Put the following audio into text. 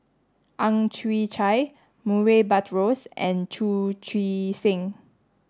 Ang Chwee Chai Murray Buttrose and Chu Chee Seng